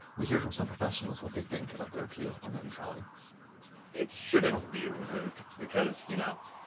we hear from some professionals what they think about the repeal on net neutrality. it shouldn't be removed because, you know,